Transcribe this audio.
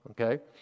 Okay